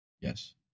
Yes